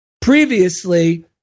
previously